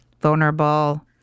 vulnerable